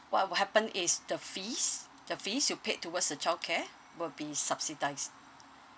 what will happen is the fees the fees you paid towards the childcare will be subsidised